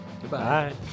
Goodbye